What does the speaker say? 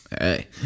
hey